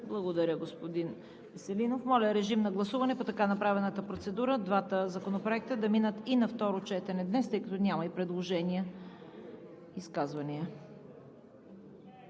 Благодаря, господин Веселинов. Моля, режим на гласуване по така направената процедура – двата законопроекта да минат на второ четене днес, тъй като няма и предложения. Господин